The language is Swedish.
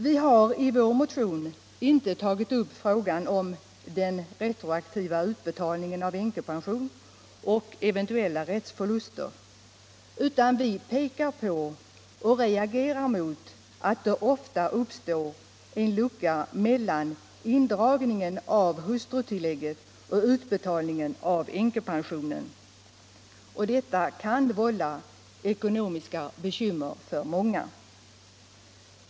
Vi har i vår motion inte tagit upp frågan om den retroaktiva utbetalningen av änkepension och eventuella rättsförluster, utan vi pekar på och reagerar mot att det ofta uppstår en lucka mellan indragningen av hustrutillägget och utbetalningen av änkepensionen, vilket kan vålla ekonomiska bekymmer för många.